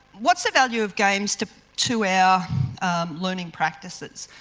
what's the value of games to to our learning practices?